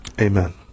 Amen